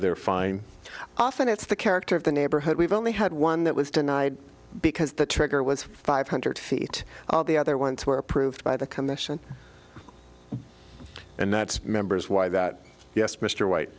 they're fine often it's the character of the neighborhood we've only had one that was denied because the trigger was five hundred feet all the other ones were approved by the commission and that's members why that yes mr white